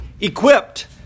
equipped